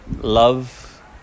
love